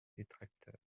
détracteurs